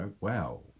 wow